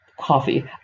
coffee